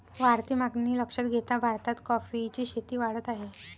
वाढती मागणी लक्षात घेता भारतात कॉफीची शेती वाढत आहे